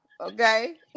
Okay